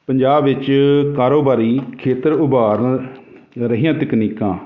ਪੰਜਾਬ ਵਿੱਚ ਕਾਰੋਬਾਰੀ ਖੇਤਰ ਉਭਾਰ ਰਹੀਆਂ ਤਕਨੀਕਾਂ